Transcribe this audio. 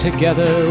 Together